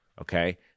okay